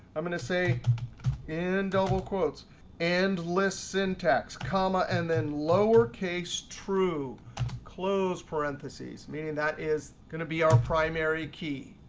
i'm going to say in double quotes and list syntax comma and then lowercase true close parentheses, meaning that is going to be our primary key.